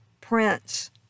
Prince